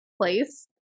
place